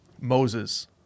Moses